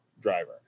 driver